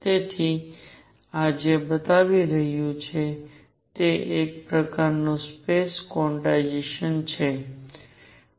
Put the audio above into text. તેથી આ જે બતાવી રહ્યું છે તે એક પ્રકારનું સ્પેસ ક્વોન્ટાઇઝેશન છે